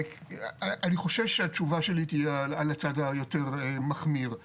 אני חושב שהתשובה שלי תהיה על הצד היותר מחמיר.